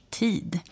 tid